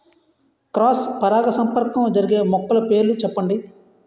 Cross పరాగసంపర్కం జరిగే మొక్కల పేర్లు చెప్పండి?